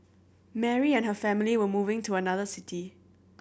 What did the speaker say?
Mary and her family were moving to another city